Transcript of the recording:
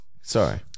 Sorry